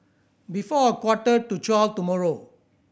before a quarter to twelve tomorrow